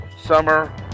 summer